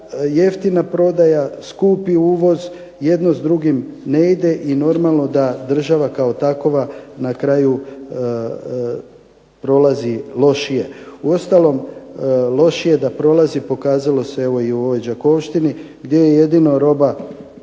jeftina prodaja, skupi uvoz, jedno s drugim ne ide i normalno da država kao takova na kraju prolazi lošije. Uostalom, lošije da prolazi pokazalo se evo i u ovoj Đakovštini gdje je jedino robnih